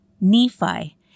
Nephi